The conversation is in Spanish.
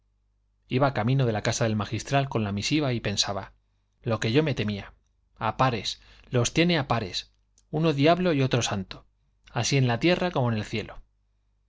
iba camino de la casa del magistral con la misiva y pensaba lo que yo me temía a pares los tiene a pares uno diablo y otro santo así en la tierra como en el cielo